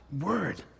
word